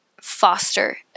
foster